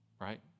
right